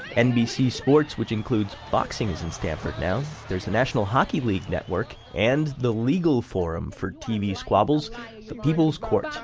nbc sports, which includes boxing, is in stamford now. there's the national hockey league network. and, the legal forum for tv squabbles the people's court